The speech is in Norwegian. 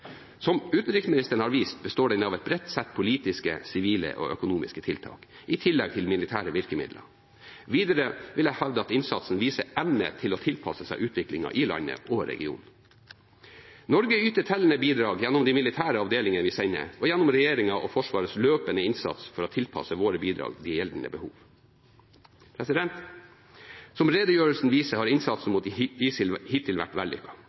Som utenriksministeren har vist, består den av et bredt sett politiske, sivile og økonomiske tiltak, i tillegg til militære virkemidler. Videre vil jeg hevde at innsatsen viser evne til å tilpasse seg utviklingen i landet og regionen. Norge yter tellende bidrag, gjennom de militære avdelingene vi sender, og gjennom regjeringens og Forsvarets løpende innsats for å tilpasse våre bidrag de gjeldende behov. Som redegjørelsen viser, har innsatsen mot ISIL hittil vært